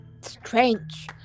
strange